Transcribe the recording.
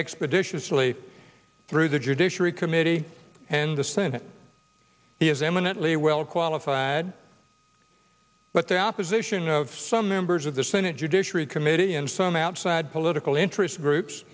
expeditiously through the judiciary committee and the senate is eminently well qualified but the opposition of some members of the senate judiciary committee and some outside political interest groups